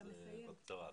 בקצרה.